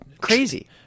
Crazy